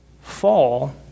fall